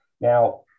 Now